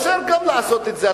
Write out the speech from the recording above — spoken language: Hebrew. אפשר לעשות את זה.